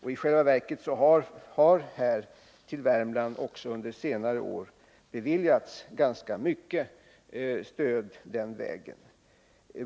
I själva verket har det till Värmland utgått ganska mycket stöd den vägen under senare år.